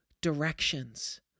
directions